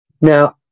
Now